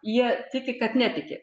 jie tiki kad netiki